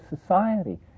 society